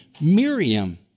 Miriam